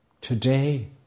Today